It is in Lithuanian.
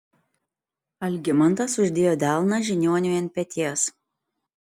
algimantas uždėjo delną žiniuoniui ant peties